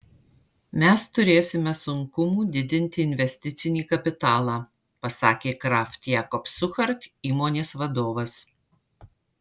mes turėsime sunkumų didinti investicinį kapitalą pasakė kraft jacobs suchard įmonės vadovas